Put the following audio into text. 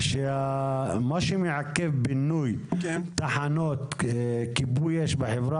שמה שמעכב בינוי תחנות כיבוי אש בחברה